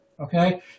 okay